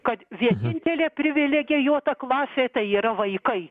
kad vienintelė privilegijuota klasė tai yra vaikai